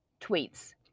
tweets